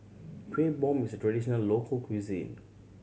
Kuih Bom is a traditional local cuisine